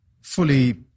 fully